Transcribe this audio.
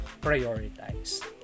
prioritize